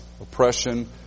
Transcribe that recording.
oppression